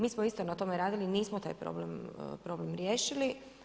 Mi smo istina na tome radili, nismo taj problem riješili.